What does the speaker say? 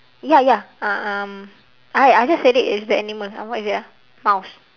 ya ya uh um I I just said it it's the animal uh what is it ah mouse